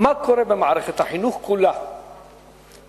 מה קורה במערכת החינוך כולה ביום-יום,